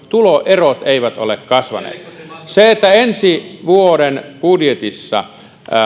tuloerot eivät ole kasvaneet ensi vuoden budjetissa